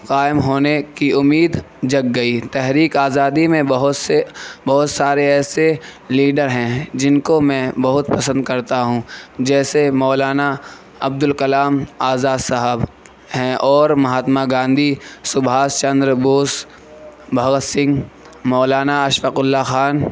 قائم ہونے کی امید جگ گئی تحریک آزادی میں بہت سے بہت سارے ایسے لیڈر ہیں جن کو میں بہت پسند کرتا ہوں جیسے مولانا عبدالکلام آزاد صاحب ہیں اور مہاتما گاندھی سبھاش چندر بوس بھگت سنگھ مولانا اشفاق اللہ خان